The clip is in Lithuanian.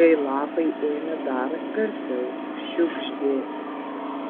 kai lapai ėmė dar garsiau šiugždėti